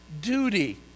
duty